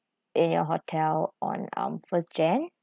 in your hotel on um first jan